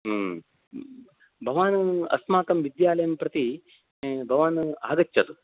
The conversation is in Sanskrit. ह्म् भवान् अस्माकं विद्यालयं प्रति भवान् आगच्छतु